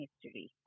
history